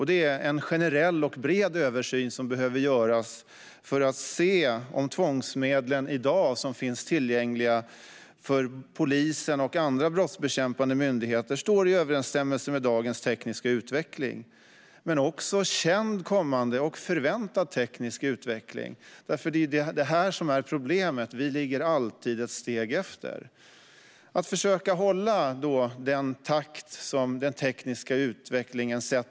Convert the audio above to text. Det är en generell och bred översyn som behöver göras för att se om de tvångsmedel som i dag finns tillgängliga för polisen och andra brottsbekämpande myndigheter står i överensstämmelse med dagens tekniska utveckling men också med känd kommande och förväntad teknisk utveckling. Detta är nämligen problemet. Vi ligger alltid ett steg efter. Det handlar om att försöka hålla den takt som den tekniska utvecklingen har.